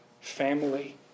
family